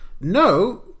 no